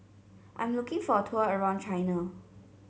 I'm looking for a tour around China